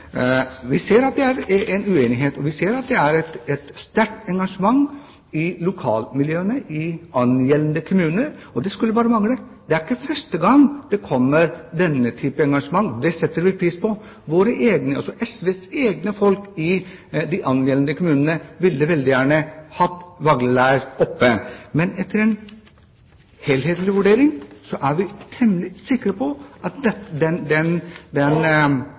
Vi ser at det er en uenighet, og vi ser at det er et sterkt engasjement i lokalmiljøet i angjeldende kommuner. Og det skulle bare mangle. Det er ikke første gang vi ser denne typen engasjement. Det setter vi pris på. SVs egne folk i de angjeldende kommunene ville veldig gjerne opprettholdt Vagle leir, men etter en helhetlig vurdering er vi temmelig sikre på at den konklusjonen som Stortinget i dag trekker, er den riktige konklusjonen. Det